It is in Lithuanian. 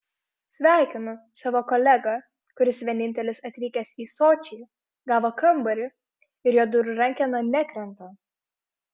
sveikinu savo kolegą kuris vienintelis atvykęs į sočį gavo kambarį ir jo durų rankena nekrenta